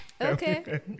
okay